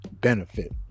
benefit